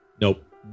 Nope